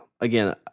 again